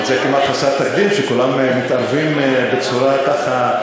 אבל זה כמעט חסר תקדים שכולם מתערבים בצורה, ככה,